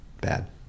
bad